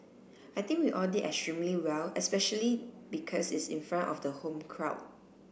I think we all did extremely well especially because it's in front of the home crowd